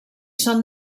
són